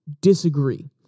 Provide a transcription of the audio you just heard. disagree